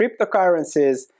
cryptocurrencies